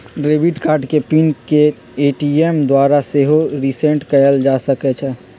debit card के pin के ATM द्वारा सेहो रीसेट कएल जा सकै छइ